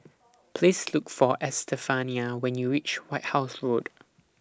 Please Look For Estefania when YOU REACH White House Road